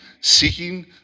seeking